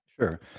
Sure